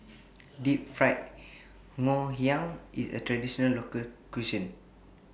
Deep Fried Ngoh Hiang IS A Traditional Local Cuisine